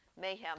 mayhem